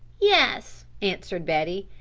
yes, answered betty,